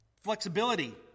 Flexibility